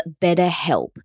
BetterHelp